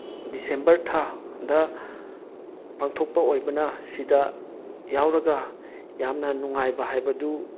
December ꯊꯥꯗ ꯄꯥꯡꯊꯣꯛꯄ ꯑꯣꯏꯕꯅ ꯁꯤꯗ ꯌꯥꯎꯔꯒ ꯌꯥꯝꯅ ꯅꯨꯉꯥꯏꯕ ꯍꯥꯏꯕꯗꯨ